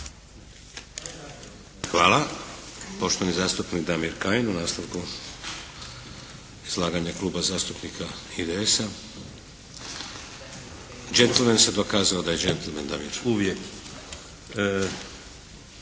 Hvala. Poštovani zastupnik Damir Kajin u nastavku izlaganja Kluba zastupnika IDS-a. Gentleman se pokazao da je gentleman, Damir. **Kajin,